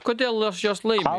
kodėl jos jos laimi